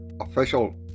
official